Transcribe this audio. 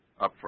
upfront